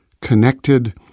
connected